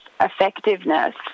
Effectiveness